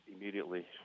immediately